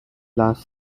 last